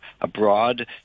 abroad